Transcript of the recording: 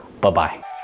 Bye-bye